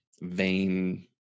vain